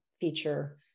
feature